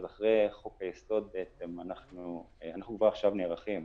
אנחנו כבר עכשיו נערכים,